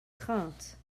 craintes